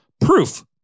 Proof